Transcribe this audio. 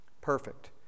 Perfect